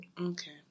Okay